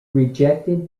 rejected